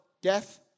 death